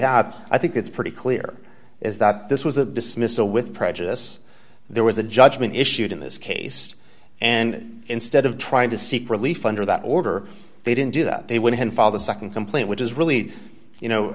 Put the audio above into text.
have i think it's pretty clear is that this was a dismissal with prejudice there was a judgment issued in this case and instead of trying to seek relief under that order they didn't do that they would involve the nd complaint which is really you know